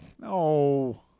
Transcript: No